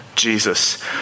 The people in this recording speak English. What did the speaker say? Jesus